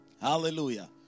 hallelujah